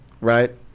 right